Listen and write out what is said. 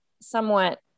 somewhat